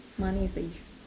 money is very